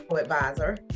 Advisor